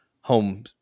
home